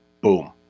Boom